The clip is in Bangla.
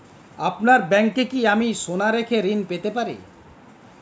আপনার ব্যাংকে কি আমি সোনা রেখে ঋণ পেতে পারি?